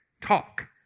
talk